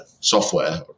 software